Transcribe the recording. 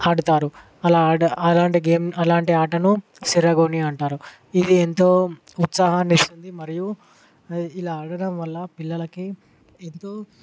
ఆడుతారు అలాంటి గేమ్ అలాంటి ఆటను సిరా గోని అంటారు ఇది ఎంతో ఉత్సాహాన్ని ఇస్తుంది మరియు ఇలా ఆడటం వల్ల పిల్లలకి ఎంతో